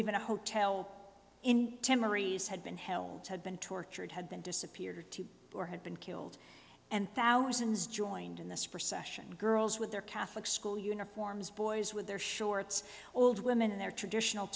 even a hotel in ten maries had been held had been tortured had been disappeared or two or had been killed and thousands joined in this procession girls with their catholic school uniforms boys with their shorts old women in their traditional